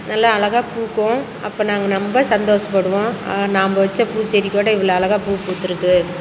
நல்லா அழகாக பூக்கும் அப்போ நாங்கள் ரொம்ப சந்தோசப்படுவோம் நாம வச்ச பூச்செடிக்கூட இவ்வளோ அழகாக பூ பூத்து இருக்கு